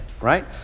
right